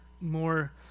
more